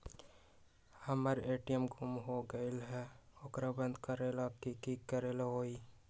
हमर ए.टी.एम गुम हो गेलक ह ओकरा बंद करेला कि कि करेला होई है?